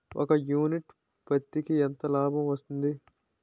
ఒక యూనిట్ పత్తికి ఎంత లాభం వస్తుంది?